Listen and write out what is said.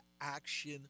action